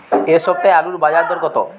এ সপ্তাহে আলুর বাজার দর কত?